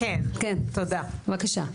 בבקשה.